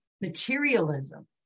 materialism